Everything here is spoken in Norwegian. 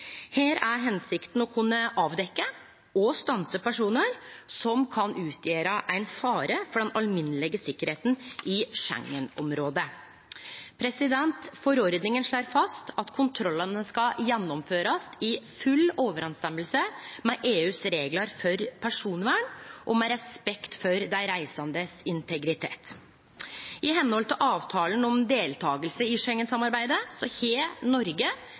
Her er hensikta å kunne avdekkje og stanse personar som kan utgjere ein fare for den alminnelege sikkerheita i Schengen-området. Forordninga slår fast at kontrollane skal gjennomførast i fullt samsvar med EUs reglar for personvern og med respekt for integriteten til dei reisande. I medhald av avtalen om deltaking i Schengen-samarbeidet har Noreg